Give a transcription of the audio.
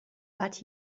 but